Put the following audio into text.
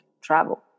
travel